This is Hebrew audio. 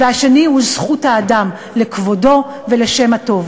והשני הוא זכות האדם לכבודו ולשם הטוב,